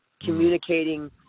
communicating